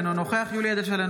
אינו נוכח יולי יואל אדלשטיין,